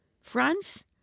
France